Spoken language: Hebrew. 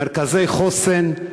מרכזי החוסן.